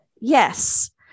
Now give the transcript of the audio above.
Yes